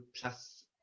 plus